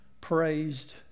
praised